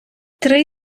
три